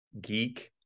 geek